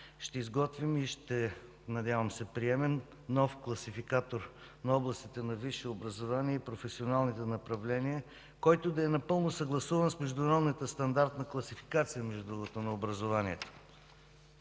ще изготвим и, надявам се, ще приемем нов класификатор на областите на висше образование и професионалните направления, който да е напълно съгласуван с Международната стандартна класификация в областта на образованието.